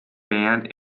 band